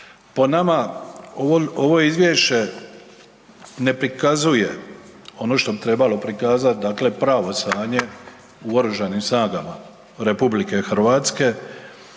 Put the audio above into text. Po nama ovo izvješće ne prikazuje ono što bi trebalo prikazati, dakle pravo stanje u Oružanim snagama RH. Zbog toga se